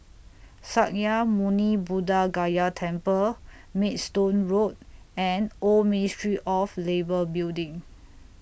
Sakya Muni Buddha Gaya Temple Maidstone Road and Old Ministry of Labour Building